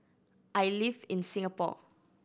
I live in Singapore